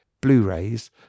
blu-rays